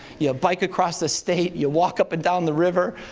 yeah bike across the state, you walk up and down the river.